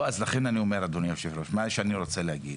אני מבין